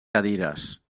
cadires